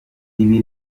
ibi